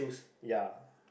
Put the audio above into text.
ya